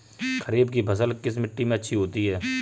खरीफ की फसल किस मिट्टी में अच्छी होती है?